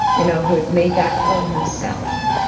you know who'd made that call himself,